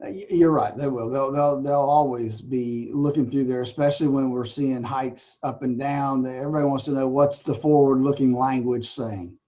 ah you're right and and though though they'll always be looking through there especially when we're seeing hikes up and down there everybody wants to know what's the forward-looking language saying.